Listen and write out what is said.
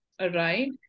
Right